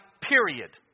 period